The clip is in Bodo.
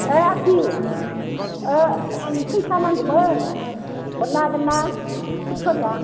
ओइ आफि आंनो फैसा नांगौमोन हरनो हागोन ना सुद खरिया